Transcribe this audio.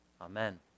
amen